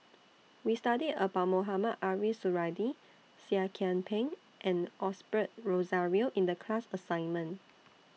We studied about Mohamed Ariff Suradi Seah Kian Peng and Osbert Rozario in The class assignment